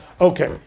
okay